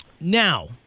Now